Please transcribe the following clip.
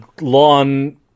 lawn